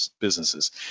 businesses